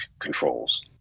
controls